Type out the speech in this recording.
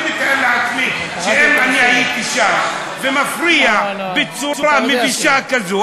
אני מתאר לעצמי שאם אני הייתי שם ומפריע בצורה מבישה כזו,